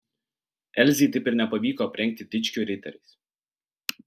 elzei taip ir nepavyko aprengti dičkių riteriais